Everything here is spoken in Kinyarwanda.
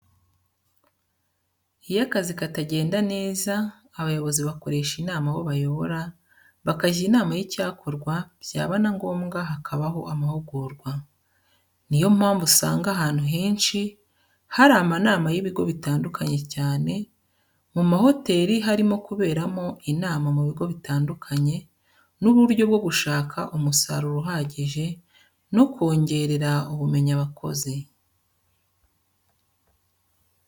Iyo akazi katagenda neza abayobozi bakoresha inama abo bayobora bakajya inama y'icyakorwa byaba na ngombwa hakabaho amahugurwa. Ni yo mpamvu usanga ahantu henshi hari amanama y'ibigo bitandukanye cyane, mu mahoteri harimo kuberamo inama mu bigo bitandukanye n'uburyo bwo gushaka umusaruro uhagije no kongerera ubumenyi abakozi.